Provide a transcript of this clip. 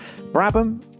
Brabham